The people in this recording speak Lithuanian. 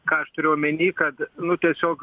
ką aš turiu omeny kad nu tiesiog